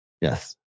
Yes